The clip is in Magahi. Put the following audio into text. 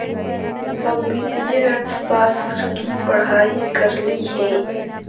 हम वित्तीय अर्थशास्त्र की पढ़ाई करली हे